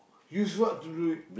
use what to do it